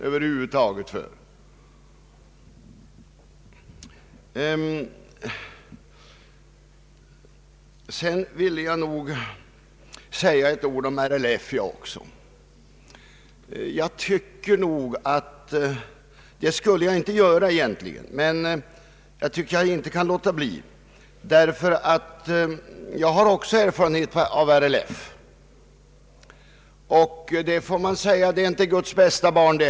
Sedan vill jag också säga några ord om RLF, trots att jag egentligen inte skulle göra det. Jag tycker att jag inte kan låta bli, eftersom jag också har erfarenhet av RLF, som inte heller är Guds bästa barn.